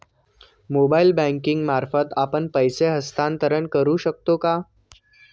Mobile banking मार्फत आपण पैसे हस्तांतरण करू शकतो का?